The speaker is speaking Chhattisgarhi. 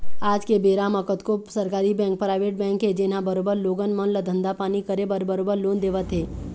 आज के बेरा म कतको सरकारी बेंक, पराइवेट बेंक हे जेनहा बरोबर लोगन मन ल धंधा पानी करे बर बरोबर लोन देवत हे